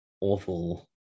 awful